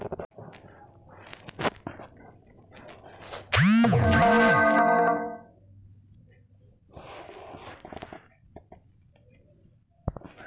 पेरनीना टाईमले बजारमा बी बियानानी कमी पडाले नको, आशा परतेक जिल्हाना अधिकारीस्ले सरकारना आदेश शेतस